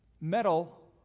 metal